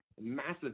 massive